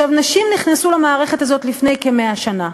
נשים נכנסו למערכת הזאת לפני כ-100 שנה.